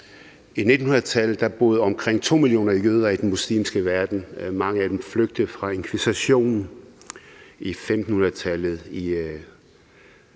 I 1900-tallet boede der omkring 2 millioner jøder i den muslimske verden. Mange af dem var flygtet fra inkvisitionen i 1500-tallet